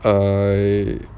I